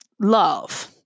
love